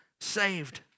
Saved